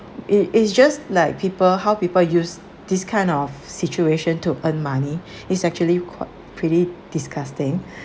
it is just like people how people use this kind of situation to earn money is actually qui~ pretty disgusting